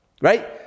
right